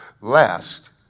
last